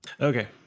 Okay